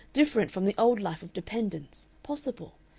different from the old life of dependence, possible.